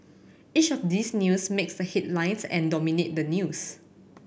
each of these news makes the headlines and dominate the news